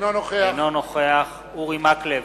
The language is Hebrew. אינו נוכח אורי מקלב,